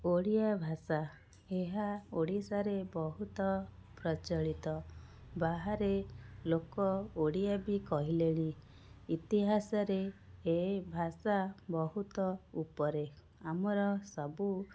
ଓଡ଼ିଆଭାଷା ଏହା ଓଡ଼ିଶାରେ ବହୁତ ପ୍ରଚଳିତ ବାହାରେ ଲୋକ ଓଡ଼ିଆ ବି କହିଲେଣି ଇତିହାସରେ ଏହି ଭାଷା ବହୁତ ଉପରେ ଆମର ସବୁ